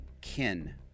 kin